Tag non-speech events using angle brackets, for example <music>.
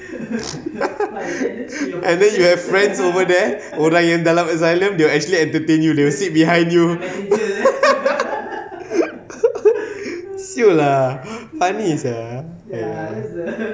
<laughs> and then you have friends over there orang yang dalam asylum they will actually entertain you they will sit behind you <laughs> [siol] lah funny sia